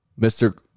Mr